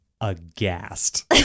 aghast